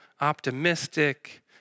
optimistic